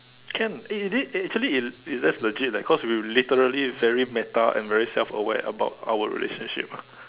can eh is it eh actually it that's legit leh cause literally very meta and very self aware about our relationship ah